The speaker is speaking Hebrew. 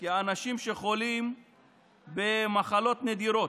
כאנשים שחולים במחלות נדירות.